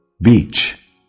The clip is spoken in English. beach